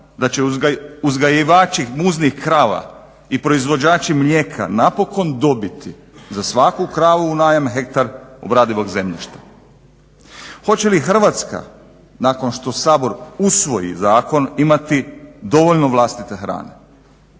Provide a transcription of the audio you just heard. da će uzgajivači muznih krava i proizvođači mlijeka napokon dobiti za svaku kravu u najam hektar obradivog zemljišta. Hoće li Hrvatska nakon što Sabor usvoji zakon imati dovoljno vlastite hrane?